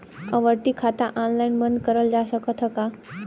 आवर्ती खाता ऑनलाइन बन्द करल जा सकत ह का?